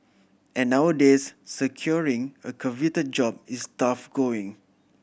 and nowadays securing a coveted job is tough going